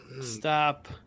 Stop